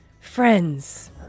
friends